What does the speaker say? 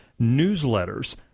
newsletters